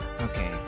Okay